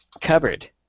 cupboard